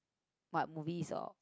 what movies or